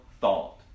thought